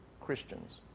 Christians